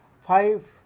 five